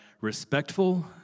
respectful